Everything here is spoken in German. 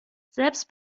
selbst